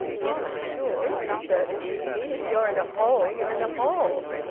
yes, i should! he asserted eagerly. if you're in a hole, you're in a hole.